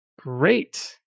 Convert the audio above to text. Great